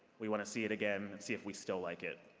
we want to see it again and see if we still like it.